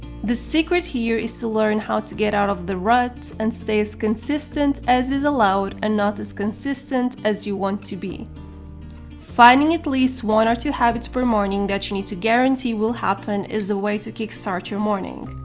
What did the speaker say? the secret here is to learn how to get out of the rut and stay as consistent as is allowed and not as consistent as you want to. finding at least one or two habits per morning that you need to guarantee that will happen is a way to kickstart your morning.